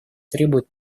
требует